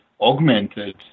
augmented